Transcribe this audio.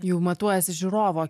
jau matuojiesi žiūrovo